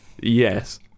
yes